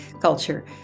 culture